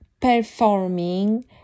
performing